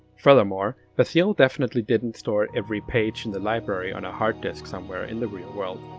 furthermore, basile definitely didn't store every page in the library on a harddisc somewhere in the real world.